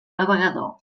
navegador